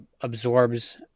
absorbs